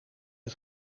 het